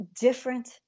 different